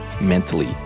mentally